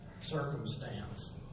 circumstance